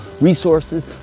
resources